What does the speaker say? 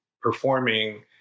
performing